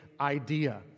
idea